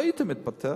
לא היית מתפטר.